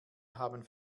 haben